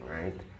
right